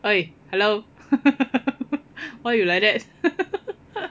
!oi! hello why you like that